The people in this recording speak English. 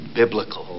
biblical